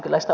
kiitos